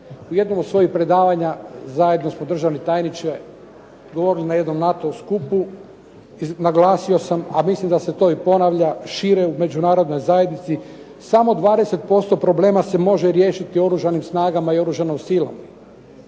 U jednom od svojih predavanja zajedno smo držali tajniče, govorili na jednom NATO-ovom skupu, naglasio sam a mislim da se to i ponavlja šire u Međunarodnoj zajednici samo 20% problema se može riješiti oružanim snagama i oružanom silom.